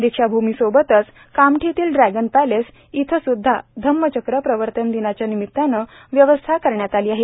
दीक्षाभूमीसोबतच कामठीतील dragon palace इथं स्द्धा धम्मचक्र प्रवर्तन दिनाच्या निमित्तानं व्यवस्था करण्यात आली आहे